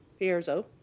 pierzo